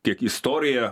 kiek istorija